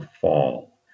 fall